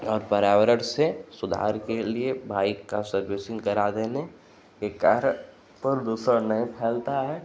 और पर्यावरण से सुधार के लिए बाइक़ की सर्विसिन्ग करा देने के कारण प्रदूषण नहीं फैलता है